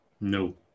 No